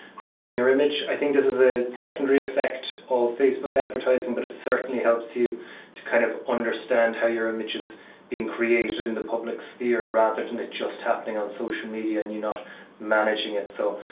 crafting your image, i think this is a secondary effect of facebook advertising but it certainly helps you to kind of understand how your images being created in the public sphere rather than it just happening on social media and you not managing it. so,